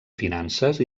finances